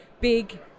big